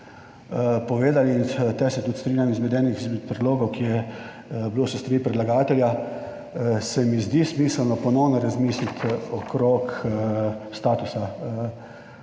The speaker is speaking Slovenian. povedali in tu se tudi strinjam, izmed enim izmed predlogov, ki je bilo s strani predlagatelja. Se mi zdi smiselno ponovno razmisliti okrog statusa